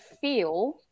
feel